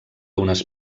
unes